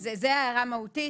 זה הערה מהותית.